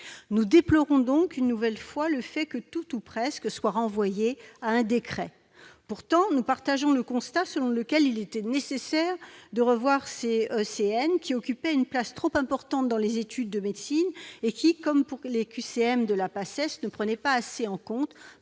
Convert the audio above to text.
Nous déplorons donc une nouvelle fois le fait que tout ou presque soit renvoyé à un décret. Pourtant, nous partageons le constat selon lequel il était nécessaire de revoir ces ECN, qui occupaient une place trop importante dans les études de médecine et qui, comme pour les QCM de la Paces, ne prenaient pas assez en compte,